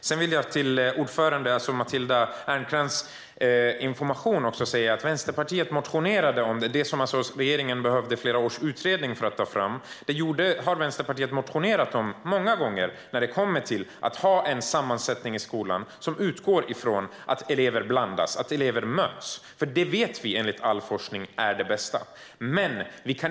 Sedan vill jag informera Matilda Ernkrans om att Vänsterpartiet många gånger har motionerat om det som regeringen behövde fler års utredning för att ta fram, att ha en sammansättning i skolan som utgår från att elever blandas och möts. Vi vet enligt all forskning att det är det bästa.